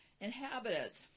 inhabitants